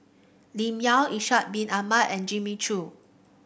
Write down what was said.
Lim Yau Ishak Bin Ahmad and Jimmy Chok